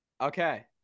Okay